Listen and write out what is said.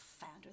Founder